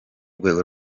rwego